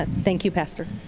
ah thank you, pastor.